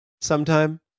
sometime